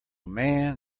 man